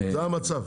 זה המצב.